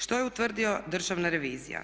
Što je utvrdila državna revizija?